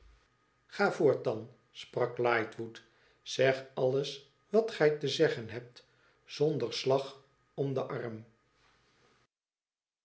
ga voort dan sprak lightwood zeg alles wat gij te zeggen hebt zonder slag om den arm